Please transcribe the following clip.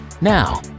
Now